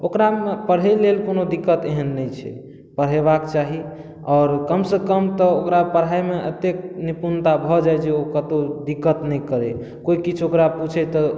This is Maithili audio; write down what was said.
ओकरामे पढ़ै लेल कोनो दिककतो नहि छै पढ़ेबाक चाही आओर कमसँ कम तऽ ओकरा पढ़ाइ मे एतेक निपुणता भऽ जाइ जे ओ कतौ दिक्कत नहि करै कोइ किछु ओकरा पुछै तऽ